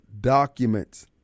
documents